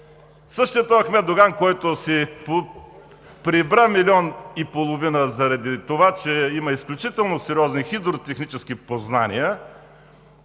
Същият този Ахмед Доган, който си прибра милион и половина заради това, че има изключително сериозни хидротехнически познания,